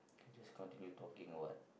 we just continue talking or what